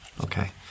Okay